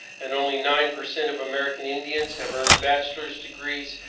and only nine percent of american indians have earned bachelor's degrees,